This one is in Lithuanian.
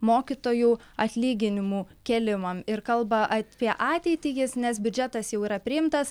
mokytojų atlyginimų kėlimam ir kalba apie ateitį jis nes biudžetas jau yra priimtas